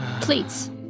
Please